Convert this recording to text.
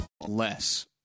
Less